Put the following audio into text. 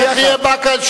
איך תהיה באקה-אל-שרקיה?